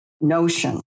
notion